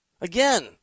Again